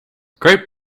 great